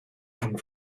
come